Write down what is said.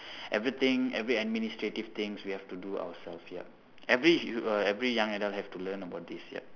everything every administrative things we have to do ourselves ya every you uh every young adult have to learn about this yup